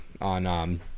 on